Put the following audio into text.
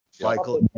Michael